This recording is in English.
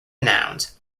nouns